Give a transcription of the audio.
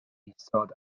isod